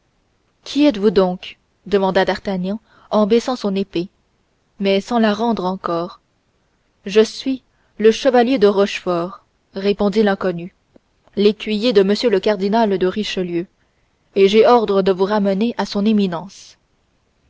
qui êtes-vous donc demanda d'artagnan en baissant son épée mais sans la rendre encore je suis le chevalier de rochefort répondit l'inconnu l'écuyer de m le cardinal de richelieu et j'ai ordre de vous ramener à son éminence